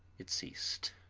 it ceased.